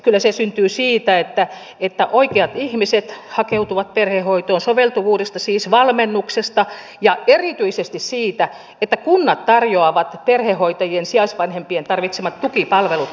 kyllä se syntyy siitä että oikeat ihmiset hakeutuvat perhehoitoon soveltuvuudesta siis valmennuksesta ja erityisesti siitä että kunnat tarjoavat perhehoitajien sijaisvanhempien tarvitsemat tukipalvelut